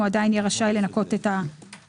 הוא עדיין יהיה רשאי לנכות את הסכום.